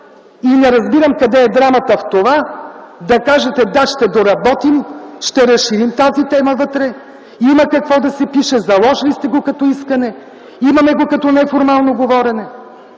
Не разбирам къде е драмата в това да кажете – да, ще доработим, ще разширим тази тема вътре. Има какво да се пише, заложили сте го като искане, имаме го като неформално говорене.